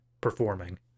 performing